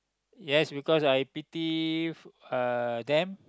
yes because I pity uh them